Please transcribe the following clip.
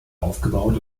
aufgebaut